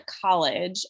college